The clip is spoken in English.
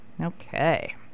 Okay